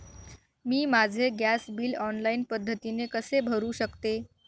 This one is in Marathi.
मी माझे गॅस बिल ऑनलाईन पद्धतीने कसे भरु शकते?